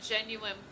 genuine